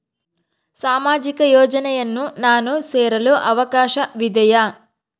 ಸಾಮಾಜಿಕ ಯೋಜನೆಯನ್ನು ನಾನು ಸೇರಲು ಅವಕಾಶವಿದೆಯಾ?